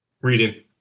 reading